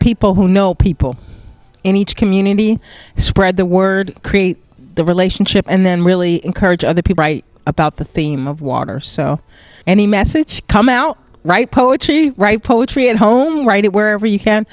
people who know people in each community spread the word create the relationship and then really encourage other people write about the theme of water so any message come out write poetry write poetry at home write it wherever you can